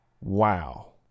Wow